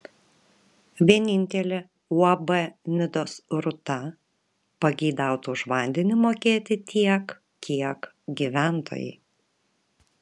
vienintelė uab nidos rūta pageidautų už vandenį mokėti tiek kiek gyventojai